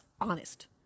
honest